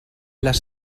les